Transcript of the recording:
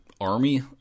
army